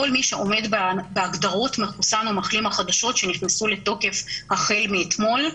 כל מי שעומד בהגדרות מחוסן או מחלים החדשות שנכנסו לתוקף החל מאתמול,